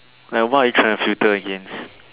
like what you can filter in